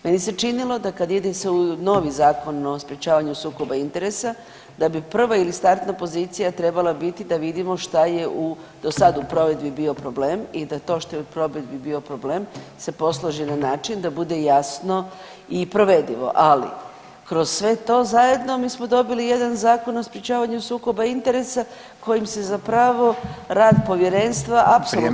Meni se činilo da kad ide se u novi Zakon o sprječavanju sukoba interesa, da bi prva ili startna pozicija trebala biti da vidimo šta je do sad u provedbi bio problem i da to što je u provedbi bio problem se posloži na način da bude jasno i provedivo, ali kroz sve to zajedno mi smo dobili jedan Zakon o sprječavanju sukoba interesa kojim se zapravo rad Povjerenstva apsolutno marginalizira.